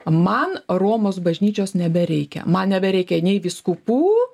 man romos bažnyčios nebereikia man nebereikia nei vyskupų